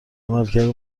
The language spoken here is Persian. عملکرد